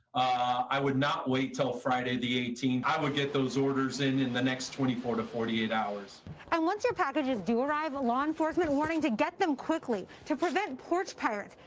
i would not wait till friday the eighteenth. i would get those orders in in the next twenty four to forty eight hours. reporter and once your packages do arrive, law enforcement warning to get them quickly to prevent porch pirates,